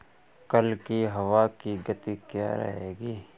कल की हवा की गति क्या रहेगी?